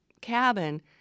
cabin